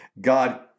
God